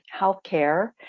healthcare